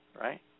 Right